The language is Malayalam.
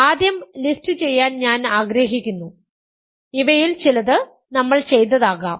ആദ്യം ലിസ്റ്റുചെയ്യാൻ ഞാൻ ആഗ്രഹിക്കുന്നു ഇവയിൽ ചിലത് നമ്മൾ ചെയ്തതാകാം